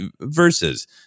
versus